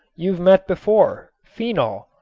you've met before, phenol,